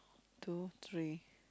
two three